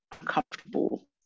uncomfortable